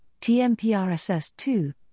TMPRSS2